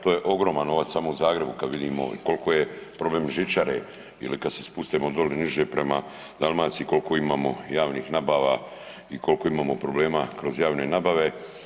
To je ogroman novac samo u Zagrebu kad vidimo koliko je problem žičare ili kad se spustimo dole niže prema Dalmaciji koliko imamo javnih nabava i koliko imamo problema kroz javne nabave.